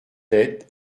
lettre